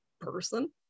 person